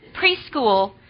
preschool